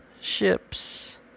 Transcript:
ships